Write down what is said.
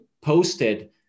posted